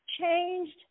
Changed